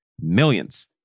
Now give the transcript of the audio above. millions